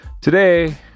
Today